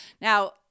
Now